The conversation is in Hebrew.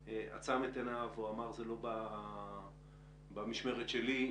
שעצם את עיניו או אמר "זה לא במשמרת שלי"